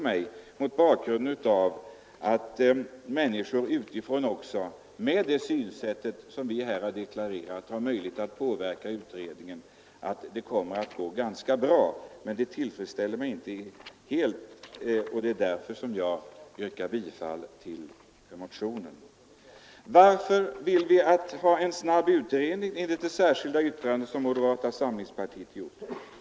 Mot bakgrund av att också människor utifrån, med det synsätt som vi har deklarerat att vi har, får möjlighet att påverka utredningen tror jag att arbetet kommer att gå ganska bra, men det tillfredsställer mig inte helt och därför yrkar jag bifall till motionen. Varför vill vi enligt det särskilda yttrandet ha en snabb utredning?